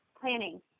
Planning